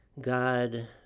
God